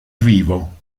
vivo